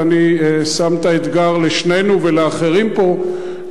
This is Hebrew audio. ואני שם את האתגר לשנינו ולאחרים פה,